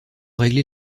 régler